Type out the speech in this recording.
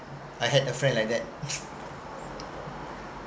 I had a friend like that